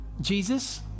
Jesus